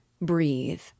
breathe